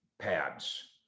pads